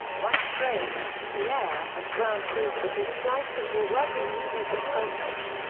once trained, the air and ground crews would be spliced into a working unit at selfridge.